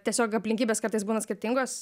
tiesiog aplinkybės kartais būna skirtingos